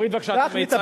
תוריד בבקשה את המיצג.